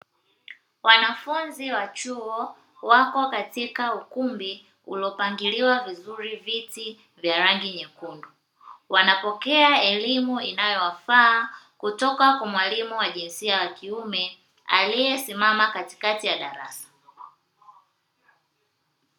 Wanafunzi wa chuo wako katika ukumbi uliopangiliwa vizuri viti vya rangi nyekundu, wanapokea elimu inayowafaa kutoka kwa mwalimu wa jinsia ya kiume aliyesimama katikati ya darasa.